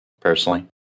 Personally